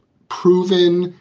proven,